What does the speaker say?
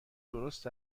درست